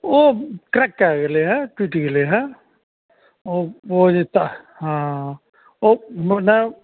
ओ crack कए गेलय हे टुटि गेलय हइ ओ ओ जे हँ ओ नहि